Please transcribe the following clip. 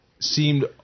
seemed